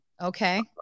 Okay